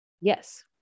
Yes